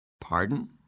Pardon